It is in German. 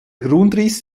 grundriss